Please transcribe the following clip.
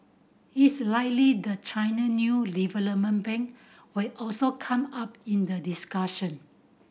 it's likely the China new development bank will also come up in the discussion